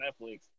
Netflix